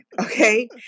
okay